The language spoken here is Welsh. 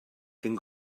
cyn